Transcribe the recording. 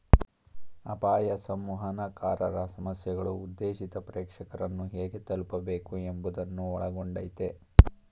ಅಪಾಯ ಸಂವಹನಕಾರರ ಸಮಸ್ಯೆಗಳು ಉದ್ದೇಶಿತ ಪ್ರೇಕ್ಷಕರನ್ನು ಹೇಗೆ ತಲುಪಬೇಕು ಎಂಬುವುದನ್ನು ಒಳಗೊಂಡಯ್ತೆ